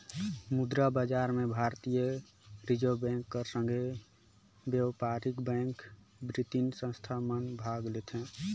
मुद्रा बजार में भारतीय रिजर्व बेंक कर संघे बयपारिक बेंक, बित्तीय संस्था मन भाग लेथें